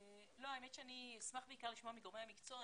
האמת היא שאני אשמח בעיקר לשמוע מגורמי המקצוע.